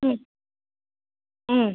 ഉം ഉം